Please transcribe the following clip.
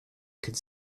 could